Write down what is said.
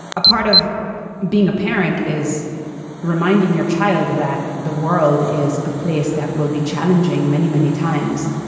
a part of being a parent is reminding your child that the world is a place that will be challenging many, many times.